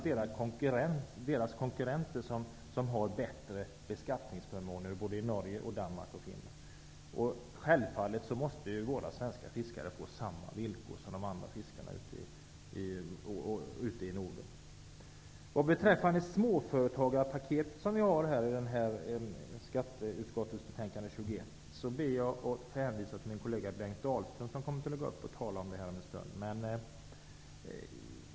Deras konkurrenter i Norge, Danmark och Finland har bättre beskattningsförmåner. Självfallet måste våra svenska fiskare få samma villkor som de andra fiskarna i Norden. Vad beträffar det småföretagarpaket som behandlas i skatteutskottets betänkande 21, ber jag att få hänvisa till min kollega Bengt Dalström. Han kommer om en stund att gå upp i debatten och tala om detta.